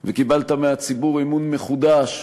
וקיבלת מהציבור אמון מחודש,